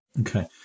Okay